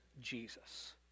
Jesus